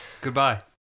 Goodbye